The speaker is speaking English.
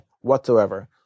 whatsoever